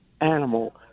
animal